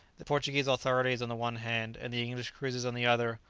the portuguese authorities on the one hand, and the english cruisers on the other,